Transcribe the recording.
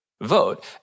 vote